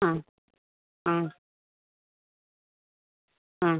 ആ ആ ആ